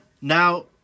Now